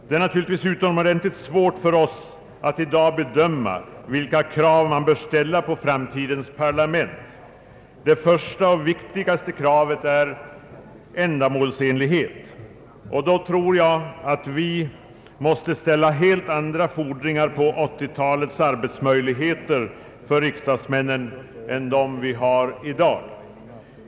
Det är naturligtvis utomordentligt svårt för oss att i dag bedöma vilka krav man bör ställa på framtidens parlamentsbyggnad. Det första och viktigaste kravet är ändamålsenlighet. Vi måste ställa helt andra fordringar på 1980-talets arbetsmöjligheter för riksdagsmännen än vad vi har i dag.